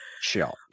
shot